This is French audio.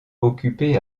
occupé